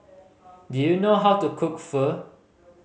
do you know how to cook Pho